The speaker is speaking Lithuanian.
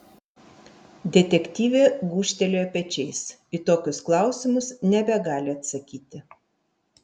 detektyvė gūžtelėjo pečiais į tokius klausimus nebegali atsakyti